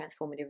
transformative